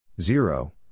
Zero